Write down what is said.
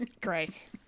Great